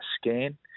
scan